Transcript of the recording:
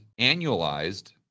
annualized